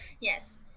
yes